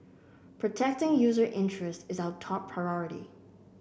protecting user interests is our top priority